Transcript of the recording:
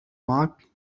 معك